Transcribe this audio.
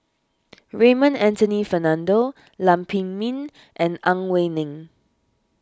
Raymond Anthony Fernando Lam Pin Min and Ang Wei Neng